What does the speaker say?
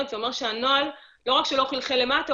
זה אומר שהנוהל לא רק לא חלחל למטה,